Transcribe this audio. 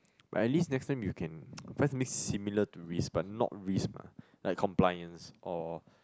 but at least next time you can find something similar to risk but not risk mah like compliance or